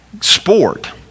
sport